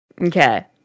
Okay